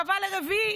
קבע לרביעי,